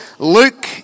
Luke